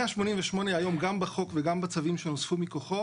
188 היום גם בחוק וגם בצווים שנוספו מכוחו